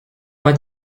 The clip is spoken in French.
pas